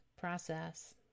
process